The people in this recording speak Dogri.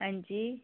आं जी